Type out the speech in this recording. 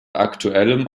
aktuellem